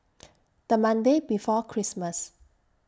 The Monday before Christmas